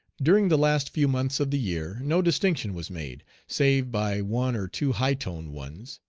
during the last few months of the year no distinction was made, save by one or two high-toned ones.